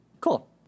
Cool